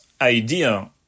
idea